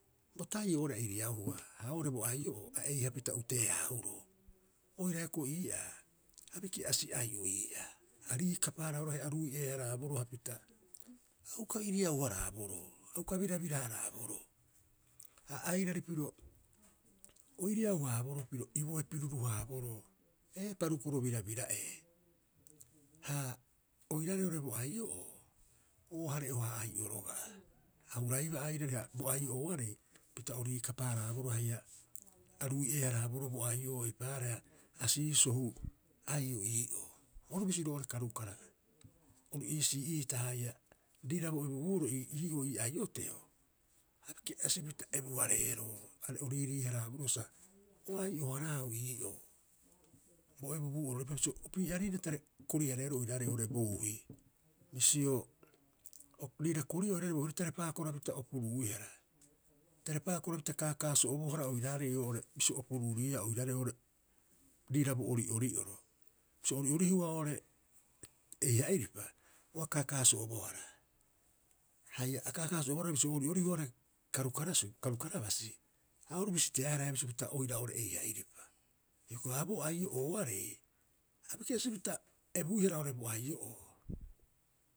Bo tai'o oo'ore a iriauhua ha oo'ore bo ai'o'oo a eihapita utee- haahuroo. Oira hioko'i ii'aa, o biki'asi ai'o ii'aa. A riikapa- haraaboroo haia arui'ee- haraaboroo hapita a uka iriau- haraaboroo, a uka birabira- haraaboroo. Ha airari piro o iriau- haaboroo piro iboee piruru- haaboroo. Ee parukoro birabira'ee. Ha oiraarei oo'ore bo ai'o'oo oo hare'ohaa ai'o roga'a. A huraibaa airari, ha bo ai'o'ooarei pita o riikapa- haraaboroo haia a rui'ee- haraaboroo bo aai'o'oo eipaareha asii sohu ai'o ii'oo. Oru bisi roo'ore karukara, ori iisii'iita haia, riira bo ebu'ebu'oro ii'oo ii ai'oteo, a biki'asipita ebuhareeroo, are o riiriihareero sa o ai'o- haraau ii'oo, bo ebubuu'oo riopa bisio opii'a riira tare kori- hareeroo oiraarei oo'ore bouhi. Bisio riira korihua oiraarei bouhi, tare paakorapita opuruuihara, tare paakorapita kaakaaso'obohara oiraarei oo'ore bisio upuruuriiaa oiraarei oo'ore riira bo ori'ori'oro. Bisio o ori'orihua oo'ore eiha iripa o a kaakaaso'obohara. Haia a kaakaaso'o bohara bisio o ori'orihua oo'ore karukara subu, karukara basi a oru bisi teaehara haia bisio pita oira oo'ore eiha iripa. Hioko'i a bo ai'o'ooarei a biki'asipita ebuihara oo'ore bo ai'o'oo.